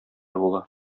була